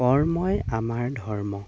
কৰ্মই আমাৰ ধৰ্ম